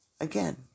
again